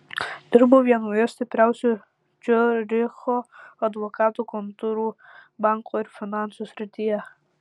dirbo vienoje stipriausių ciuricho advokatų kontorų bankų ir finansų srityje